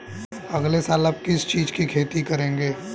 अगले साल आप किस चीज की खेती करेंगे?